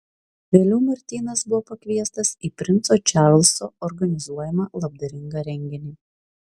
vėliau martynas buvo pakviestas į princo čarlzo organizuojamą labdaringą renginį